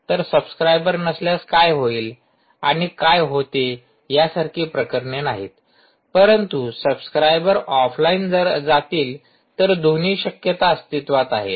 तर सब्सक्राइबर नसल्यास काय होईल आणि काय होते यासारखी प्रकरणे नाहीत परंतु सब्सक्राइबर ऑफलाइन जातील तर दोन्ही शक्यता अस्तित्त्वात आहेत